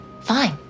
Fine